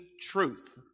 truth